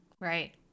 right